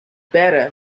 better